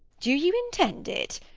do you intend it?